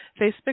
Facebook